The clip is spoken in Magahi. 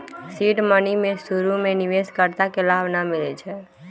सीड मनी में शुरु में निवेश कर्ता के लाभ न मिलै छइ